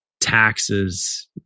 taxes